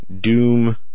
doom